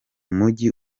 mujyi